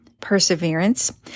Perseverance